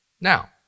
Now